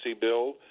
bill